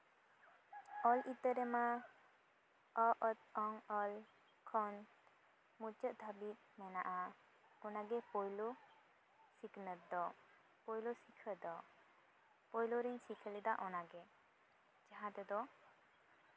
ᱚᱞ ᱤᱛᱟᱹ ᱨᱮᱢᱟ ᱚ ᱛ ᱝ ᱞ ᱠᱷᱚᱱ ᱢᱩᱪᱟᱹᱫ ᱫᱷᱟᱹᱵᱤᱡ ᱢᱮᱱᱟᱜᱼᱟ ᱚᱱᱟᱜᱮ ᱯᱳᱭᱞᱳ ᱥᱤᱠᱷᱱᱟᱹᱛ ᱫᱚ ᱯᱳᱭᱞᱚ ᱥᱤᱠᱷᱟᱹ ᱫᱚ ᱯᱳᱭᱞᱳ ᱨᱤᱧ ᱥᱤᱠᱷᱟᱹ ᱞᱮᱫᱟ ᱚᱱᱟᱜᱮ ᱡᱟᱦᱟᱸ ᱛᱮᱫᱚ